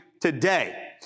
today